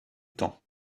temps